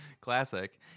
Classic